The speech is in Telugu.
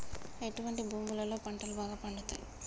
ఎటువంటి భూములలో పంటలు బాగా పండుతయ్?